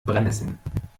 brennnesseln